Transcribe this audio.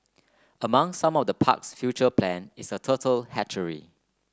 among some of the park's future plan is a turtle hatchery